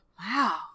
Wow